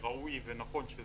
זה ראוי ונכון,